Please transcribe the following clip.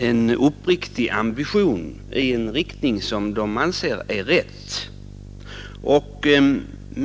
en uppriktig ambition i en riktning som de anser vara den rätta.